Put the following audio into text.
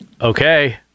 Okay